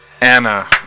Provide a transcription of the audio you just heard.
Anna